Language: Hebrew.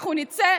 אנחנו נצא,